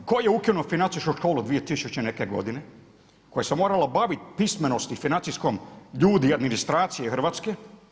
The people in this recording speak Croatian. Tko je ukinuo financijsku školu dvije tisuće i neke godine koje se moralo baviti pismenosti financijskom ljudi i administracije hrvatske?